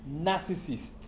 narcissists